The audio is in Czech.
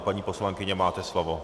Paní poslankyně, máte slovo.